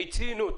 מיצינו.